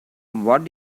what